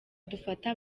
dufata